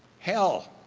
hell,